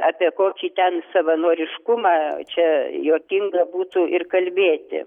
apie kokį ten savanoriškumą čia juokinga būtų ir kalbėti